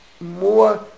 more